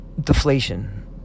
deflation